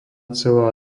celá